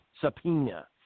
subpoena